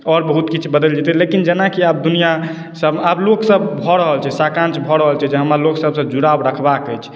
आओर बहुत किछु बदलि जेतै लेकिन जेनाकि आब दुनिआँसभ आब लोकसभ भऽ रहल छै साकांक्ष भऽ रहल छै जे हमरा लोकसभसँ जुड़ाव रखबाक अछि